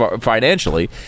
financially